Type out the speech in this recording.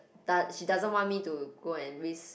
that she doesn't want me to go and risk